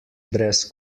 brez